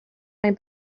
join